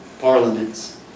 parliaments